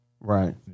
Right